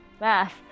math